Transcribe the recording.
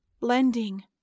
Blending